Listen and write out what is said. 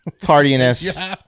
tardiness